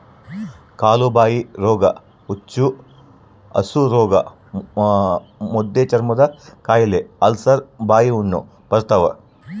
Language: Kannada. ಕಾಲುಬಾಯಿರೋಗ ಹುಚ್ಚುಹಸುರೋಗ ಮುದ್ದೆಚರ್ಮದಕಾಯಿಲೆ ಅಲ್ಸರ್ ಬಾಯಿಹುಣ್ಣು ಬರ್ತಾವ